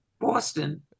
Boston